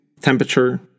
temperature